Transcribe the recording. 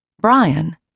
Brian